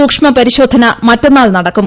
സൂക്ഷ്മപരിശോധന മറ്റന്നാൾ നടക്കും